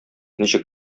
ничек